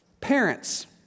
parents